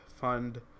fund